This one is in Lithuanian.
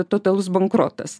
totalus bankrotas